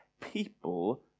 people